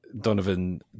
Donovan